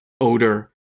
odor